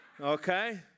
Okay